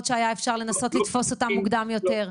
שאפשר היה לנסות לתפוס אותן מוקדם יותר.